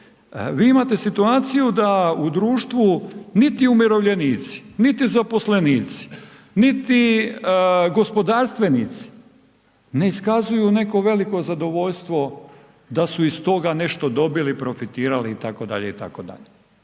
vi imate situaciju da u društvu niti umirovljenici, niti zaposlenici, niti gospodarstvenici ne iskazuju neko veliko zadovoljstvo da su iz toga nešto dobili, profitirali itd., itd.